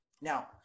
Now